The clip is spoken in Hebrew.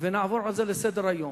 על זה לסדר-היום?